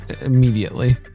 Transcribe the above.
immediately